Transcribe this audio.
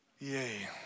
yay